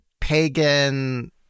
pagan